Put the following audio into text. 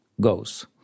goes